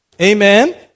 Amen